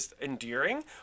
endearing